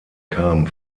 kam